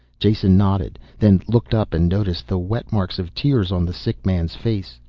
jason nodded, then looked up and noticed the wet marks of tears on the sick man's face.